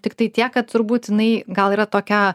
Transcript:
tiktai tiek kad turbūt jinai gal yra tokia